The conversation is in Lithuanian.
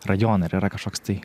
rajonai ar yra kažkoks tai